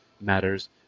matters